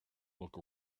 look